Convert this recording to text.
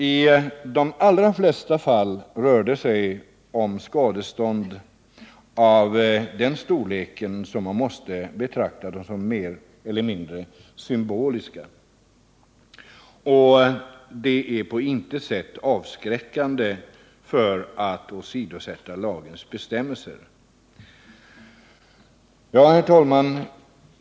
I de allra flesta fall rör det sig om skadestånd av den storleken att man måste betrakta dem som mer eller mindre symboliska, och det är på intet sätt avskräckande för att åsidosätta lagens bestämmelser. Herr talman!